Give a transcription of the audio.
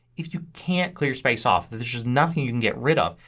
if you can't clear space off, there's just nothing you can get rid of,